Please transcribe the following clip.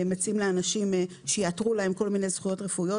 מציעים לאנשים שיאתרו להם כל מיני זכויות רפואיות